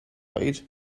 oed